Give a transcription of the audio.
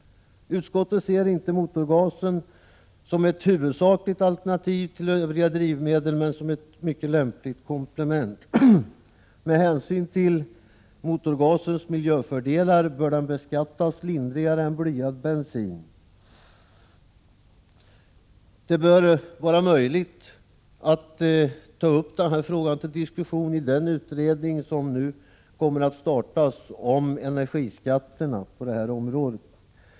Utskottet ser inte motorgasen som ett alternativ till övriga drivmedel utan snarare som ett lämpligt komplement. Med tanke på motorgasens miljöfördelar bör den beskattas lindrigare än blyad bensin. Det bör vara möjligt att ta upp denna fråga till diskussion i den utredning om energiskatterna som nu kommer att startas.